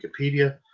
Wikipedia